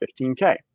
15K